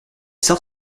sort